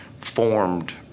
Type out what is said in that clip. formed